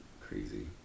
Crazy